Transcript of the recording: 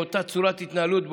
באותה צורת התנהלות,